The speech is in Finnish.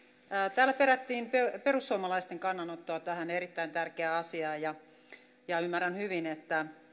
täällä perättiin perussuomalaisten kannanottoa tähän erittäin tärkeään asiaan ymmärrän hyvin että